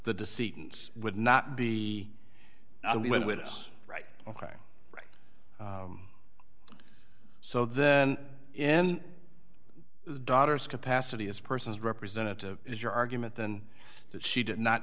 the deceit would not be i went with us right ok so then in the daughter's capacity as persons representative is your argument then that she did not